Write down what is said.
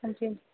हां जी